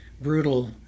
brutal